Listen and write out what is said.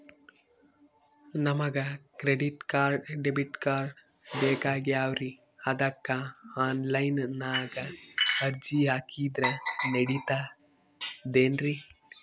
ನಮಗ credit card, debit card ಬೇಕಾಗ್ಯಾವ್ರೀ ಅದಕ್ಕ ಆನಲೈನದಾಗ ಅರ್ಜಿ ಹಾಕಿದ್ರ ನಡಿತದೇನ್ರಿ?